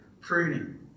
pruning